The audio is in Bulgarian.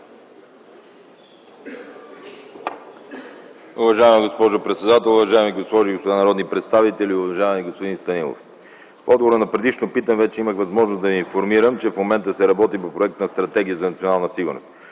Уважаема госпожо председател, уважаеми госпожи и господа народни представители, уважаеми господин Станилов! В отговора на предишно питане вече имах възможност да Ви информирам, че в момента се работи по проект на Стратегия за национална сигурност.